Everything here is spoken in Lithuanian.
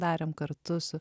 darėm kartu su